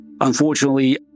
unfortunately